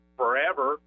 forever